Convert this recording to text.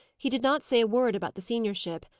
he did not say a word about the seniorship,